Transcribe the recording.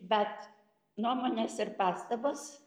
bet nuomonės ir pastabos